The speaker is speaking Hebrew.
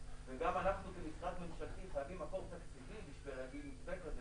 אנחנו כמשרד ממשלתי חייבים מקור תקציבי בשביל מתווה כזה.